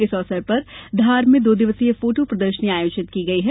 इस अवसर पर धार में दो दिवसीय फोटो प्रदर्शनी आयोजित की गई है